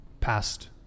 past